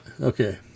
Okay